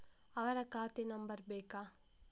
ಅವರ ಖಾತೆ ನಂಬರ್ ಬೇಕಾ?